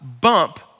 bump